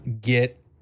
get